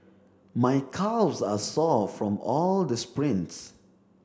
my calves are sore from all the sprints